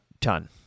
ton